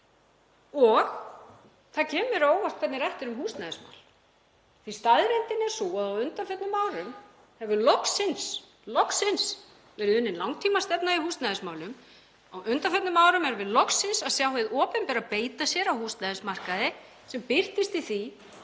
Og það kemur mér á óvart hvernig rætt er um húsnæðismál því að staðreyndin er sú að á undanförnum árum hefur loksins verið unnin langtímastefna í húsnæðismálum. Á undanförnum árum erum við loksins að sjá hið opinbera beita sér á húsnæðismarkaði sem birtist í því